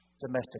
domestic